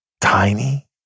tiny